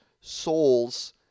souls